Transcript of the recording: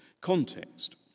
context